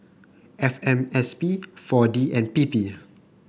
F M S P four D and P P